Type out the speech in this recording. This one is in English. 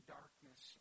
darkness